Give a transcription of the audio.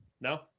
No